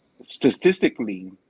Statistically